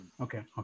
Okay